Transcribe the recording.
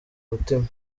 mutima